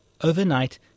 Overnight